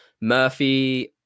Murphy